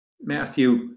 Matthew